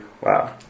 Wow